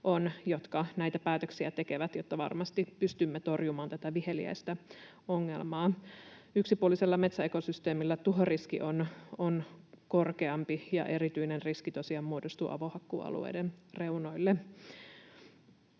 jotka näitä päätöksiä tekevät, jotta varmasti pystymme torjumaan tätä viheliäistä ongelmaa. Yksipuolisella metsäekosysteemillä tuhoriski on korkeampi, ja erityinen riski tosiaan muodostuu avohakkuualueiden reunoille.